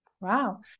Wow